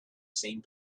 same